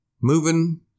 Moving